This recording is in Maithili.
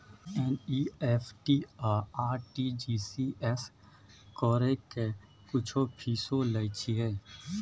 एन.ई.एफ.टी आ आर.टी.जी एस करै के कुछो फीसो लय छियै?